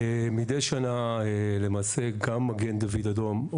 מדי שנה למעשה גם מגן דוד אדום,